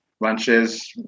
lunches